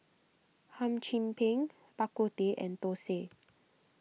Hum Chim Peng Bak Kut Teh and Thosai